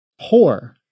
poor